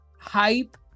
hype